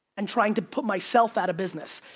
and trying to put myself out of business.